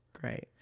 Great